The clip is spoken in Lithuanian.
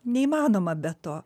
neįmanoma be to